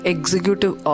Executive